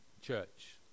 church